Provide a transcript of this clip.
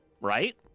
right